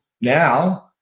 now